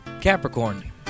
Capricorn